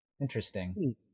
Interesting